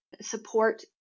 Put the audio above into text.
support